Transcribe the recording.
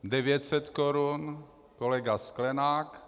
Devět set korun kolega Sklenák.